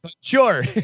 Sure